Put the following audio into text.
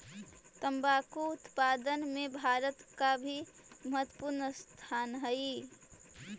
तंबाकू उत्पादन में भारत का भी महत्वपूर्ण स्थान हई